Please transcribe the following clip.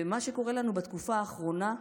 ומה שקורה לנו בתקופה האחרונה,